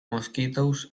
mosquitoes